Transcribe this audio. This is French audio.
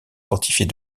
fortifiée